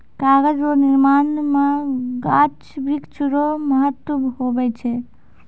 कागज रो निर्माण मे गाछ वृक्ष रो महत्ब हुवै छै